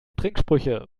trinksprüche